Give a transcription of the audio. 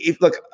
look